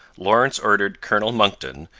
lawrence ordered colonel monckton,